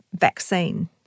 vaccine